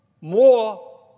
more